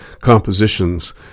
compositions